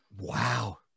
Wow